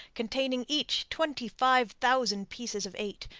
containing each twenty-five thousand pieces of eight,